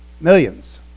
Millions